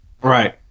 Right